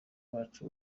bacu